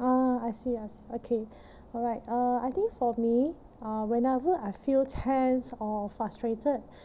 orh I see I see okay alright uh I think for me uh whenever I feel tense or frustrated